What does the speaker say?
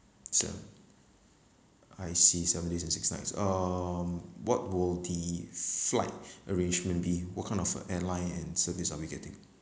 se~ I see seven days and six nights um what will the flight arrangement be what kind of a airline and service are we getting